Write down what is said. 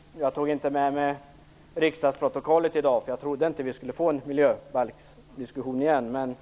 Herr talman! Jag tog inte med mig riksdagsprotokollet i dag, eftersom jag inte trodde att vi skulle få en miljöbalksdiskussion igen. Men